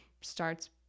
starts